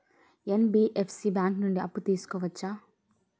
NBFC bank నుండి అప్పు తీసుకోవచ్చా?